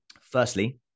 Firstly